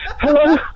Hello